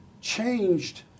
changed